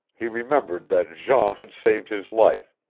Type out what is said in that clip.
he remembered that jean had saved his life,